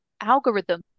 algorithm